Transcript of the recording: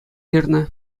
ҫырнӑ